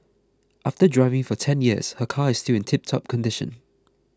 after driving for ten years her car is still in tiptop condition